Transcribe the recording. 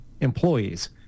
employees